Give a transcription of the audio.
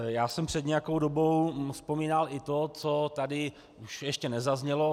Já jsem před nějakou dobou vzpomínal i to, co tady ještě nezaznělo.